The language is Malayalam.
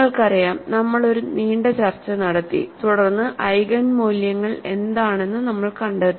നിങ്ങൾക്കറിയാം നമ്മൾ ഒരു നീണ്ട ചർച്ച നടത്തി തുടർന്ന് ഐഗേൻ മൂല്യങ്ങൾ എന്താണെന്ന് നമ്മൾ കണ്ടെത്തി